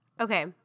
Okay